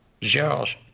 Georges